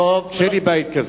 כשיהיה לי בית כזה.